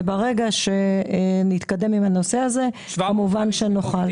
וברגע שנתקדם עם הנושא הזה כמובן שנוכל.